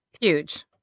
Huge